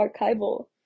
archival